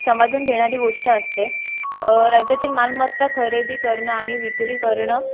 समजून घेणारी गोष्ट असते राज्यातील मालमत्ता खरेदी करणं आणि विक्री करणं